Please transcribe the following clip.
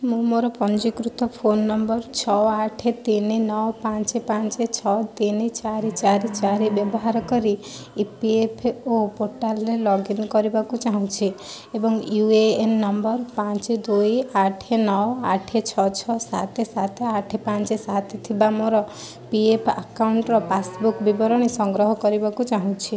ମୁଁ ମୋର ପଞ୍ଜୀକୃତ ଫୋନ୍ ନମ୍ବର ଛଅ ଆଠ ତିନି ନଅ ପାଞ୍ଚ ପାଞ୍ଚ ଛଅ ତିନି ଚାରି ଚାରି ଚାରି ବ୍ୟବହାର କରି ଇ ପି ଏଫ୍ ଓ ପୋର୍ଟାଲ୍ରେ ଲଗ୍ଇନ୍ କରିବାକୁ ଚାହୁଁଛି ଏବଂ ୟୁ ଏ ଏନ୍ ନମ୍ବର ପାଞ୍ଚ ଦୁଇ ଆଠ ନଅ ଆଠ ଛଅ ଛଅ ସାତ ସାତ ଆଠ ପାଞ୍ଚ ସାତ ଥିବା ମୋର ପି ଏଫ୍ ଆକାଉଣ୍ଟ୍ର ପାସ୍ବୁକ୍ ବିବରଣୀ ସଂଗ୍ରହ କରିବାକୁ ଚାହୁଁଛି